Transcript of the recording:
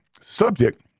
subject